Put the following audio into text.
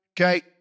okay